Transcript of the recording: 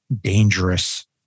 dangerous